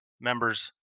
members